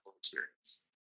experience